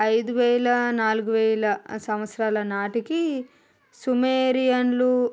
ఐదు వేల నాలుగు వేల సంవత్సరాల నాటికి సుమేరియన్లు